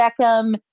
Beckham